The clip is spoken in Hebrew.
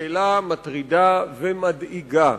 שאלה מטרידה ומדאיגה,